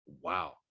Wow